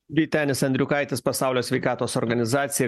vytenis andriukaitis pasaulio sveikatos organizacija